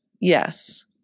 yes